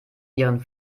ihren